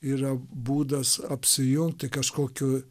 yra būdas apsijungti kažkokiu